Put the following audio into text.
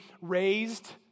raised